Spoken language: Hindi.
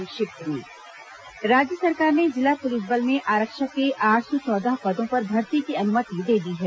संक्षिप्त समाचार राज्य सरकार ने जिला पुलिस बल में आरक्षक के आठ सौ चौदह पदों पर भर्ती की अनुमति दे दी है